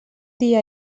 dia